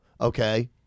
Okay